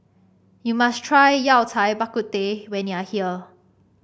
you must try Yao Cai Bak Kut Teh when you are here